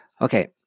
Okay